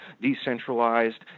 decentralized